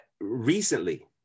recently